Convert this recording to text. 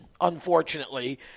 unfortunately